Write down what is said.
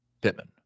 Pittman